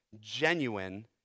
genuine